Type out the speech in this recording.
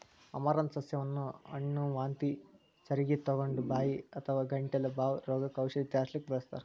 amaranth ಸಸ್ಯವನ್ನ ಹುಣ್ಣ, ವಾಂತಿ ಚರಗಿತೊಗೊಂಡ, ಬಾಯಿ ಅಥವಾ ಗಂಟಲ ಬಾವ್ ರೋಗಕ್ಕ ಔಷಧ ತಯಾರಿಸಲಿಕ್ಕೆ ಬಳಸ್ತಾರ್